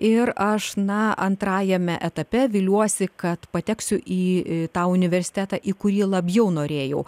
ir aš na antrajame etape viliuosi kad pateksiu į tą universitetą į kurį labiau norėjau